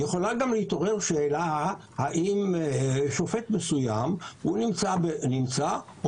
יכולה גם להתעורר שאלה האם שופט מסוים נמצא או